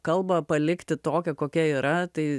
kalbą palikti tokią kokia yra tai